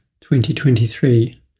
2023